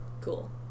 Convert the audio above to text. Cool